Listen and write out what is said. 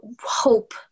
hope